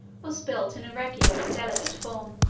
was built in a regular and elegant form